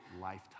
lifetime